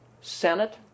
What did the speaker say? Senate